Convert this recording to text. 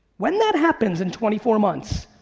when that happens in twenty four months,